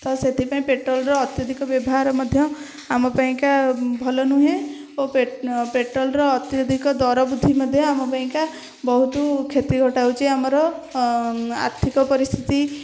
ତ ସେଥିପାଇଁ ପେଟ୍ରୋଲର ଅତ୍ୟଧିକ ବ୍ୟବହାର ମଧ୍ୟ ଆମ ପାଇଁକା ଭଲ ନୁହେଁ ଓ ପେଟ୍ରୋଲର ଅତ୍ୟଧିକ ଦର ବୃଦ୍ଧି ମଧ୍ୟ ଆମ ପାଇଁକା ବହୁତ କ୍ଷତି ଘଟାଉଛି ଆମର ଆର୍ଥିକ ପରିସ୍ଥିତି